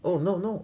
oh no no